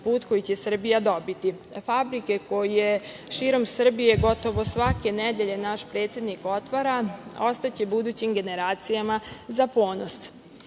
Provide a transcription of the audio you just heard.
put koji će Srbija dobiti. Fabrike koje širom Srbije gotovo svake nedelje naš predsednik otvara, ostaće budućim generacijama za ponos. Baš